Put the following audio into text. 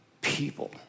people